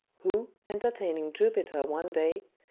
who, entertaining jupiter one day,